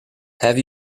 have